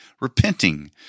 repenting